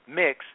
mix